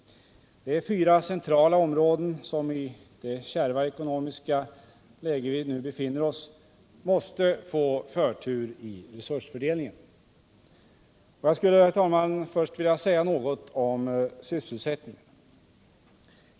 Det är fyra centrala områden som, i det kärva ekonomiska läge vi nu befinner oss i, måste få förtur i resursfördelningen. Jag skall, herr talman, först säga något om sysselsättningen.